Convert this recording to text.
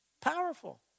Powerful